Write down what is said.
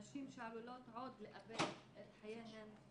נשים שעלולות עוד לאבד את חייהן,